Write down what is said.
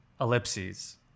ellipses